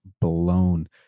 blown